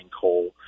coal